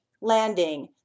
landing